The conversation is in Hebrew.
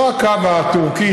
לא הקו הטורקי,